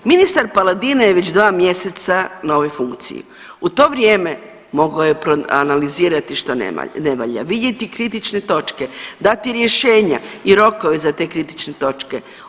Ministar Paladina je već dva mjeseca na ovoj funkciji u to vrijeme mogao je proanalizirati što ne valja, vidjeti kritične točke, dati rješenja i rokove za te kritične točke.